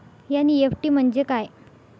NEFT म्हणजे काय?